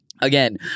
again